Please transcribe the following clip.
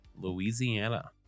Louisiana